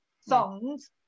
songs